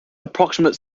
approximate